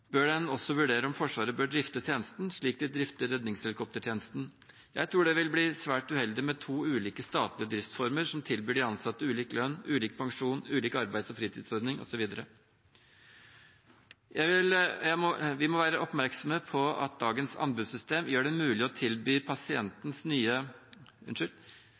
bør den også vurdere om Forsvaret bør drifte tjenesten, slik de drifter redningshelikoptertjenesten. Jeg tror det vil bli svært uheldig med to ulike statlige driftsformer som tilbyr de ansatte ulik lønn, ulik pensjon, ulike arbeids- og fritidsordninger osv. Vi må være oppmerksomme på at dagens anbudssystem gjør det mulig å tilby pasientene nye